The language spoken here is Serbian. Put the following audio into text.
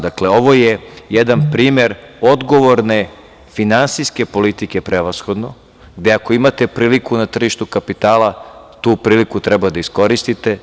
Dakle, ovo je jedan primer odgovorne finansijske politike, prevashodno, gde ako imate priliku na tržištu kapitala, tu priliku treba da iskoristite.